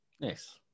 Nice